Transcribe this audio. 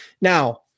Now